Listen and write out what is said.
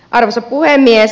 arvoisa puhemies